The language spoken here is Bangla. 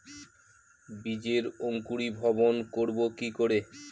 বীজের অঙ্কুরিভবন করব কি করে?